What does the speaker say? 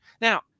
Now